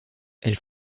elles